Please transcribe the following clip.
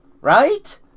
right